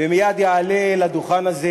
ומייד יעלה לדוכן הזה